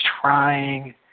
trying